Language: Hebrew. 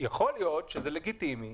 יכול להיות שזה לגיטימי,